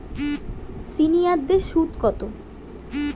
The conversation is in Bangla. সিনিয়ারদের সুদ কত?